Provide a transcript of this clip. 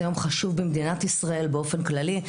זה יום חשוב במדינת ישראל באופן כללי.